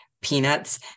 peanuts